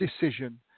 decision